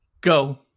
Go